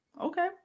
Okay